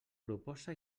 proposa